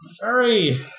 Hurry